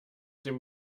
dem